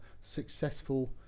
successful